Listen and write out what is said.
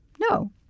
No